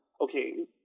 okay